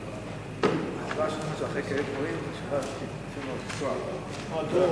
ההצעה להעביר את הצעת חוק לתיקון פקודת